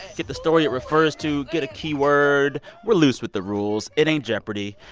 get the story it refers to. get a key word. we're loose with the rules. it ain't jeopardy!